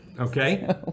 Okay